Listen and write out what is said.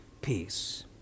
peace